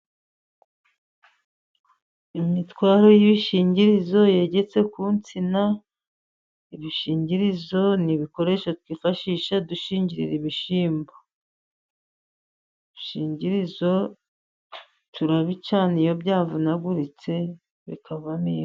Imitwaro y'ibishingirizo yegetse ku nsina. Ibishingirizo ni ibikoresho twifashisha dushingirira ibishyimbo, ibishingirizo turabicana iyo byavunavuritse bikava mo inkwi.